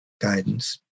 guidance